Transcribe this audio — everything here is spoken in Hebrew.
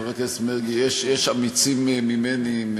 חבר הכנסת מרגי: יש אמיצים ממני.